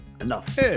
enough